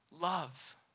love